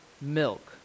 milk